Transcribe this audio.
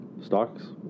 stocks